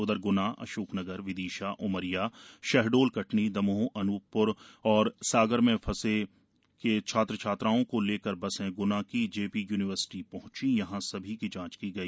उधर गुना अशोकनगर विदिशा उमरिया शहडोल कटनी दमोह अन् र और सागर के फंसे छात्र छात्राओं को लेकर बसे ग्ना की जेपी यूनिवर्सिटी हृंची जहां सभी की जांच की गई